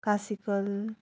classical